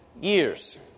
years